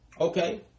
Okay